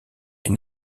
est